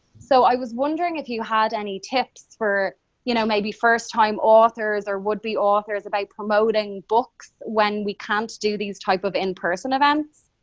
so i was wondering if you had any tips for you know maybe first-time authors or would-be authors about promoting books when we can't do these types of in-person events.